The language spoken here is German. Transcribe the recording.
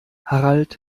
harald